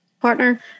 Partner